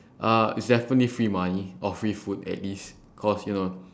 uh it's definitely free money or free food at least cause you know